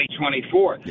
2024